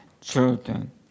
Children